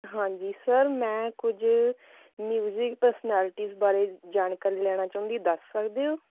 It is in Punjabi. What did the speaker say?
ਹਾਂਜੀ ਸਰ ਮੈਂ ਕੁਝ ਮਿਊਜਿਕ ਪਰਸਨੈਲਿਟੀਜ ਬਾਰੇ ਜਾਣਕਾਰੀ ਲੈਣਾ ਚਾਹੁੰਦੀ ਦੱਸ ਸਕਦੇ ਹੋ